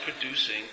producing